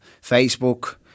Facebook